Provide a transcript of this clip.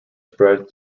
spread